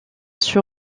sur